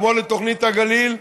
כמו לתוכנית הגליל,